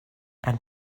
and